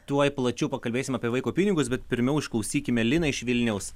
tuoj plačiau pakalbėsim apie vaiko pinigus bet pirmiau išklausykime liną iš vilniaus